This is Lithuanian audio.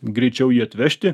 greičiau jį atvežti